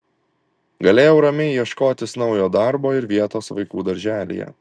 galėjau ramiai ieškotis naujo darbo ir vietos vaikų darželyje